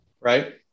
Right